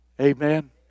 Amen